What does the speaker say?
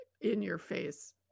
in-your-face